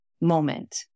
moment